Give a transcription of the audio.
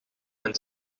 mijn